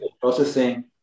processing